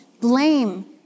blame